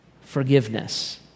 forgiveness